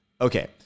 Okay